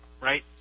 right